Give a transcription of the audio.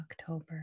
October